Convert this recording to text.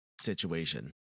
situation